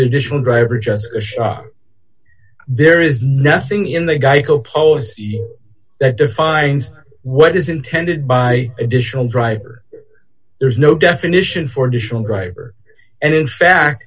additional driver just to show there is nothing in the geico policy that defines what is intended by additional driver there is no definition for additional driver and in fact